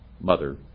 mother